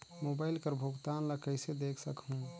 Mobile कर भुगतान ला कइसे देख सकहुं?